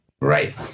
Right